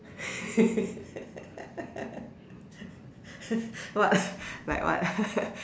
what like what